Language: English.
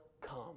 come